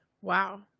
wow